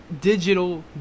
Digital